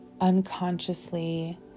unconsciously